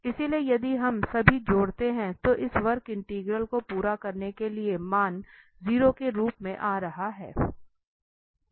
इसलिए यदि हम सभी 3 जोड़ते हैं तो इस वक्र इंटीग्रल को पूरा करने के लिए मान 0 के रूप में आ रहा है